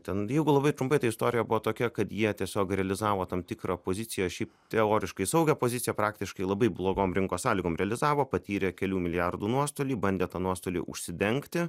ten jeigu labai trumpai tai istorija buvo tokia kad jie tiesiog realizavo tam tikrą poziciją šiaip teoriškai saugią poziciją praktiškai labai blogom rinkos sąlygom realizavo patyrė kelių milijardų nuostolį bandė tą nuostolį užsidengti